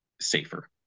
safer